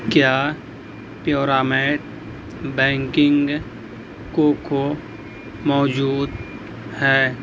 کیا پیورامیٹ baking cocoa موجود ہے